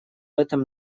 этом